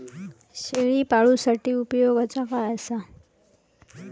शेळीपाळूसाठी उपयोगाचा काय असा?